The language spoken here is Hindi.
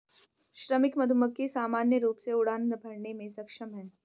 श्रमिक मधुमक्खी सामान्य रूप से उड़ान भरने में सक्षम हैं